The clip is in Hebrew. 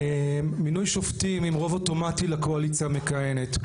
מינוי שופטים עם רוב אוטומטי לקואליציה המכהנת,